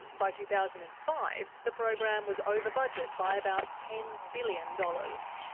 by two thousand and five, the program was over budget by about ten billion dollars.